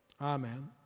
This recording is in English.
Amen